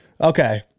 Okay